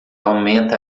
aumenta